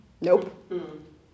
Nope